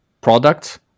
products